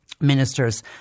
Ministers